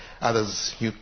Others